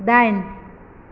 दाइन